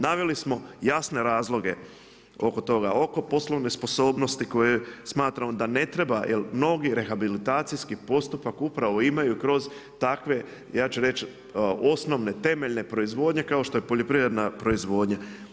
Naveli smo jasne razloge oko toga, oko poslovne sposobnosti koje smatramo da ne treba, jer mnogi rehabilitacijski postupak upravo imaju kroz takve ja ću reći osnovne, temeljne proizvodnje kao što je poljoprivredna proizvodnja.